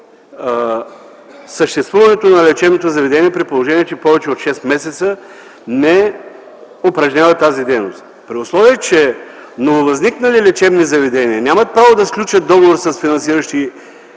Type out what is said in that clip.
съществуването на лечебното заведение, при положение че повече от шест месеца то не упражнява тази дейност. При условие, че нововъзникнали лечебни заведения нямат право да сключват договор с финансиращи